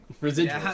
Residual